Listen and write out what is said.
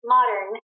Modern